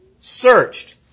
searched